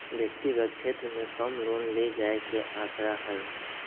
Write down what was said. व्यक्तिगत क्षेत्र में कम लोन ले जाये के आंकडा हई